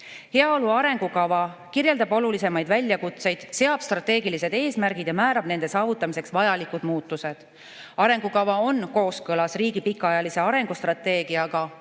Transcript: Heaolu arengukava kirjeldab olulisemaid väljakutseid, seab strateegilised eesmärgid ja määrab nende saavutamiseks vajalikud muutused. Arengukava on kooskõlas riigi pikaajalise arengustrateegiaga